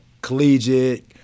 collegiate